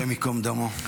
השם ייקום דמו.